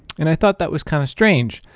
and i thought that was kind of strange.